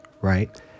right